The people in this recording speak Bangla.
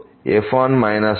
f1 2